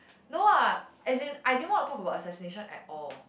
no what as in I didn't want to talk about assassination at all